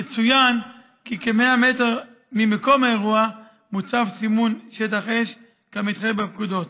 יצוין כי כ-100 מטר ממקום האירוע מוצב סימון שטח אש כמתחייב בפקודות.